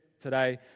Today